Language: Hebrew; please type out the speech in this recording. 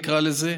נקרא לזה.